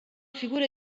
figura